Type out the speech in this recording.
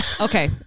Okay